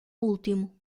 último